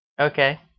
Okay